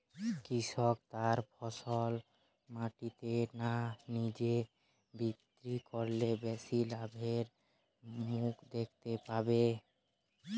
কৃষক তার ফসল মান্ডিতে না নিজে বিক্রি করলে বেশি লাভের মুখ দেখতে পাবে?